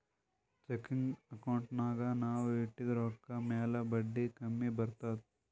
checking ಅಕೌಂಟ್ನಾಗ್ ನಾವ್ ಇಟ್ಟಿದ ರೊಕ್ಕಾ ಮ್ಯಾಲ ಬಡ್ಡಿ ಕಮ್ಮಿ ಬರ್ತುದ್